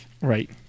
right